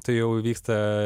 tai jau įvyksta